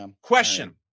Question